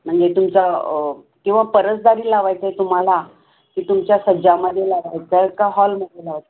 म्हणजे तुमचं किंवा परसदारी लावायचं आहे तुम्हाला की तुमच्या सज्जामध्ये लावायचं आहे का हॉलमध्ये लावाय